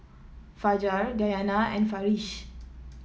Fajar Dayana and Farish